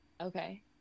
Okay